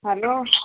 hello